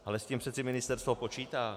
Ale s tím přece ministerstvo počítá.